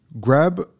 Grab